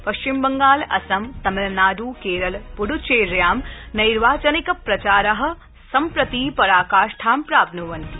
पश्चिमबंगाल असम तमिलनाड़ केरल प्रड़चेयां नैर्वाचनिक प्रचाराः सम्प्रति पराकाष्ठा प्राप्न्वन्ति